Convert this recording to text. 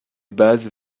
bases